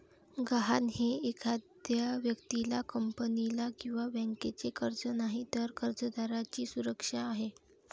गहाण हे एखाद्या व्यक्तीला, कंपनीला किंवा बँकेचे कर्ज नाही, तर कर्जदाराची सुरक्षा आहे